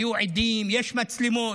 היו עדים, יש מצלמות,